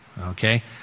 okay